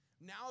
now